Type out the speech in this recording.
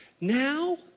now